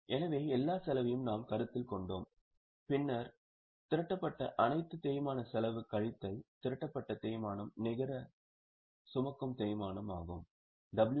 எனவே எல்லா செலவையும் நாம் கருத்தில் கொண்டோம் பின்னர் திரட்டப்பட்ட அனைத்து தேய்மானச் செலவு கழித்தல் திரட்டப்பட்ட தேய்மானம் என்பது நிகர சுமக்கும் தொகையாகும்